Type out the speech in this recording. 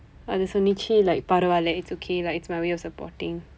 அது சொன்னது:athu sonnathu like பரவாயில்லை:paravaayillai it's okay lah it's my way of supporting